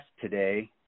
today